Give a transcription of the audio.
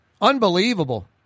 Unbelievable